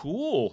Cool